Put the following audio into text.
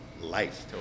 life